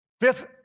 Fifth